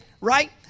right